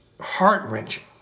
heart-wrenching